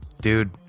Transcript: dude